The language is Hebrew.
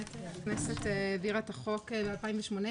הכנסת העבירה את החוק ב-2018,